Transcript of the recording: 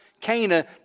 Cana